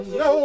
no